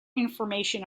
information